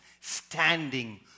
standing